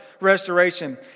restoration